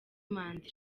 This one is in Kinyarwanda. manda